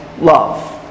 love